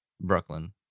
Brooklyn